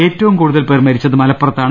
ഏറ്റവും കൂടുതൽ പേർ മരിച്ചത് മലപ്പുറ ത്താണ്